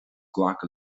glacadh